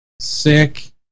sick